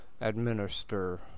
administer